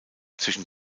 zwischen